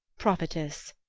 prophetess!